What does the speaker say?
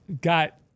got